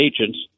agents